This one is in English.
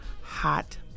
hot